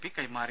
P കൈമാറി